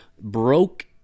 broke